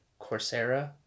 Coursera